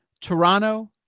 Toronto